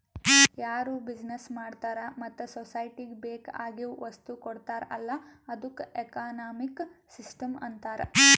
ಯಾರು ಬಿಸಿನೆಸ್ ಮಾಡ್ತಾರ ಮತ್ತ ಸೊಸೈಟಿಗ ಬೇಕ್ ಆಗಿವ್ ವಸ್ತು ಕೊಡ್ತಾರ್ ಅಲ್ಲಾ ಅದ್ದುಕ ಎಕನಾಮಿಕ್ ಸಿಸ್ಟಂ ಅಂತಾರ್